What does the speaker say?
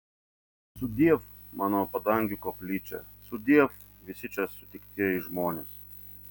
sudiev mano padangių koplyčia sudiev visi čia sutiktieji žmonės